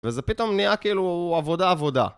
וזה פתאום נהיה כאילו עבודה עבודה.